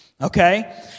Okay